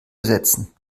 ersetzen